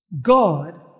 God